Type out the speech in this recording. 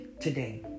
today